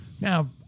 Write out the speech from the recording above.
Now